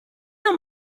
non